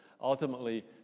ultimately